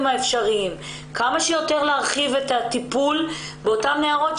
האפשריים כדי שכמה שיותר ירחיבו את הטיפול באותן נערות.